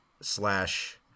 slash